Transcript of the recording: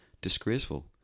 disgraceful